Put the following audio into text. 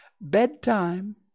Bedtime